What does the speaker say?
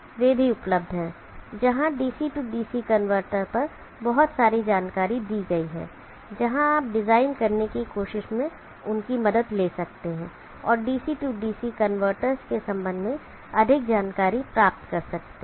वे भी उपलब्ध हैं जहां DC DC कनवर्टर पर बहुत सारी जानकारी दी गई है जहां आप डिजाइन करने की कोशिश में उनकी मदद ले सकते हैं और डीसी डीसी कन्वर्टर्स के संबंध में अधिक जानकारी प्राप्त कर सकते हैं